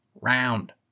round